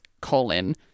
colon